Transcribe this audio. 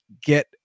get